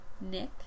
Nick